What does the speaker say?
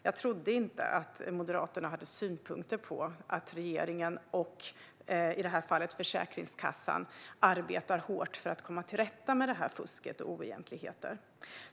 Jag trodde inte att Moderaterna hade synpunkter på att regeringen, och i det här fallet Försäkringskassan, arbetar hårt för att komma till rätta med fusk och oegentligheter.